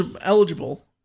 eligible